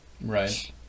Right